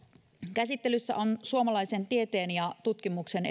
käsittelyssä on erittäin merkittävä suomalaisen tieteen ja tutkimuksen